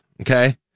Okay